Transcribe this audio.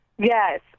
Yes